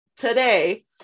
today